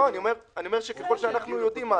אני אומר שככל שאנחנו יודעים,